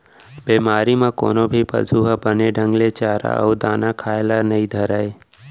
बेमारी म कोनो भी पसु ह बने ढंग ले चारा अउ दाना खाए ल नइ धरय